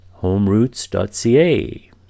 homeroots.ca